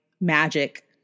magic